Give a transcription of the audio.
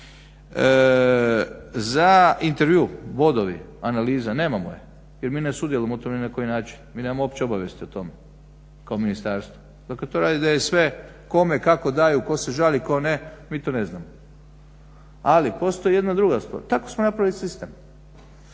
Za intervju bodovi, analiza, nemamo je jer mi ne sudjelujemo u tome ni na koji način, mi nemamo uopće obavijesti o tome kao Ministarstvo, dakle to radi DSV. Kome, kako daju, tko se žali, tko ne, mi to ne znamo. Ali postoji jedna druga stvar, tako smo napravili sistem,